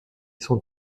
son